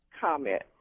comment